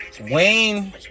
Wayne